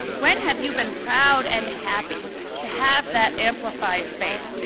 when have you been proud and happy to have that amplified faith,